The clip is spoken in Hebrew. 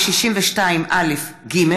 ו-62א(ג)